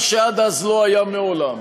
מה שעד אז לא היה מעולם.